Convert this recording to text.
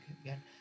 again